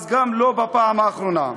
גם לא בפעם האחרונה.